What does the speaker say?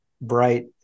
bright